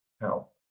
help